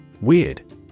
Weird